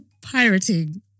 pirating